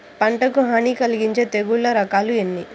పంటకు హాని కలిగించే తెగుళ్ళ రకాలు ఎన్ని?